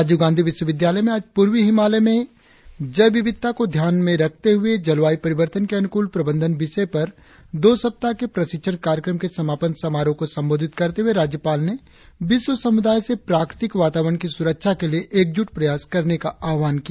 राजीव गांधी विश्वविद्यालय में आज प्रर्वी हिमालय में जैव विविधता को ध्यान में रखते हुए जलवायु परिवर्तन के अनुकुल प्रवंधन विषय पर दो सप्ताह के प्रशिक्षण कार्यक्रम के समापन समारोह को संबोधित करते हुए राज्यपाल ने विश्व समुदाय से प्राकृतिक वातावरण की सुरक्षा के लिए एकजुट प्रयास करने का आह्वान किया